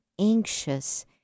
anxious